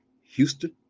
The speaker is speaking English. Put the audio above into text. Houston